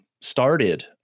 started